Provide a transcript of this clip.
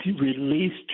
released